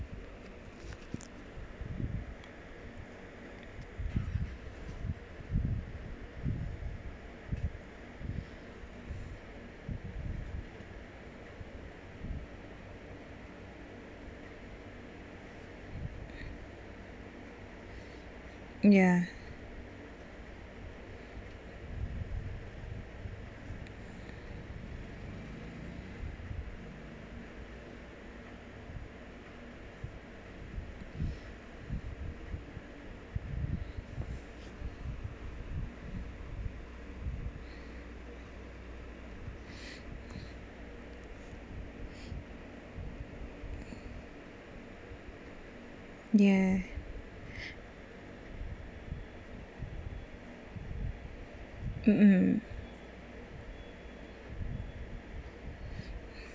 ya yeah uh